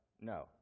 No